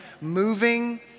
moving